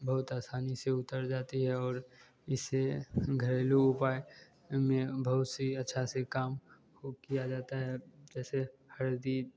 बहुत आसानी से उतर जाती है और इसे घरेलू उपाय में बहुत सी अच्छा से काम खूब किया जाता है जैसे हरदी